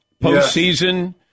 Postseason